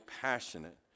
passionate